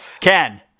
Ken